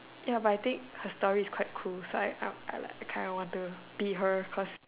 ya but I think her story is quite cool so I I I like kinda want to be her cause